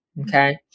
Okay